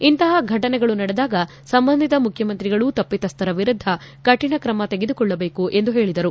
ಇಂತಹ ಫಟನೆಗಳು ನಡೆದಾಗ ಸಂಬಂಧಿತ ಮುಖ್ಯಮಂತ್ರಿಗಳು ತಪ್ಪಿತಸ್ದರ ವಿರುದ್ದ ಕರಿಣ ಕ್ರಮ ತೆಗೆದುಕೊಳ್ಳಬೇಕು ಎಂದು ಹೇಳಿದರು